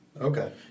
Okay